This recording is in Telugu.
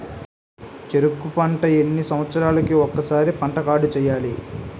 చెరుకు పంట ఎన్ని సంవత్సరాలకి ఒక్కసారి పంట కార్డ్ చెయ్యాలి?